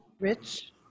Rich